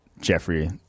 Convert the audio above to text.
Jeffrey